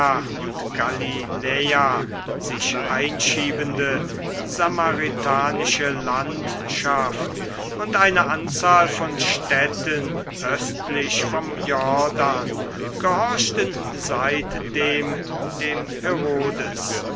und galiläa sich einschiebende samaritanische landschaft und eine anzahl von städten östlich vom jordan gehorchten seitdem dem herodes